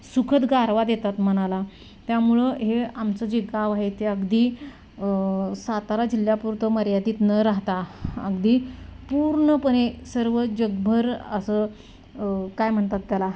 सुखद गारवा देतात मनाला त्यामुळं हे आमचं जे गाव आहे ते अगदी सातारा जिल्ह्यापुरतं मर्यादीत न राहता अगदी पूर्णपणे सर्व जगभर असं काय म्हणतात त्याला